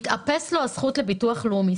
מתאפס לו הזכות לביטוח לאומי.